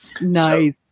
Nice